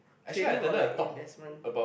trading or like investment